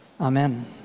Amen